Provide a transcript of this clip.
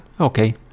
okay